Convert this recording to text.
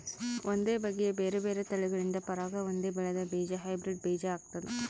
ಒಂದೇ ಬಗೆಯ ಬೇರೆ ಬೇರೆ ತಳಿಗಳಿಂದ ಪರಾಗ ಹೊಂದಿ ಬೆಳೆದ ಬೀಜ ಹೈಬ್ರಿಡ್ ಬೀಜ ಆಗ್ತಾದ